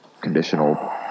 conditional